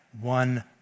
one